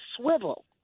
swivel